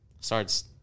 starts